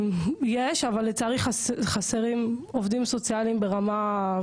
יש, אבל לצערי חסרים עובדים סוציאליים ברמה.